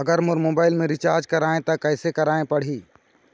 अगर मोर मोबाइल मे रिचार्ज कराए त कैसे कराए पड़ही?